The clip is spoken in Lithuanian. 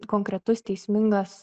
konkretus teismingas